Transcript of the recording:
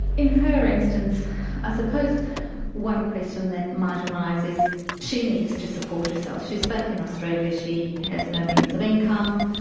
in her instance i suppose one question that might arise is she needs to support herself. she is back in australia, she has no means of income.